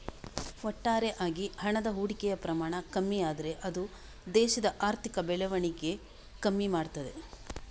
ಒಟ್ಟಾರೆ ಆಗಿ ಹಣದ ಹೂಡಿಕೆಯ ಪ್ರಮಾಣ ಕಮ್ಮಿ ಆದ್ರೆ ಅದು ದೇಶದ ಆರ್ಥಿಕ ಬೆಳವಣಿಗೆ ಕಮ್ಮಿ ಮಾಡ್ತದೆ